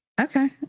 Okay